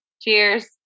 Cheers